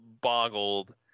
boggled